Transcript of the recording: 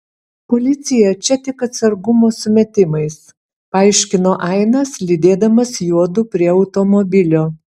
policija čia tik atsargumo sumetimais paaiškino ainas lydėdamas juodu prie automobilio